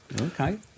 Okay